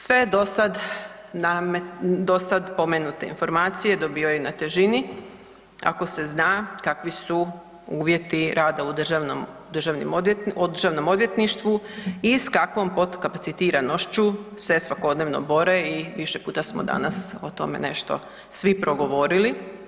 Sve do sada pomenute informacije dobivaju na težini ako se zna kakvi su uvjeti rada u državnom odvjetništvu i s kakvom potkapacitiranošću se svakodnevno bore i više puta smo danas o tome nešto svi progovorili.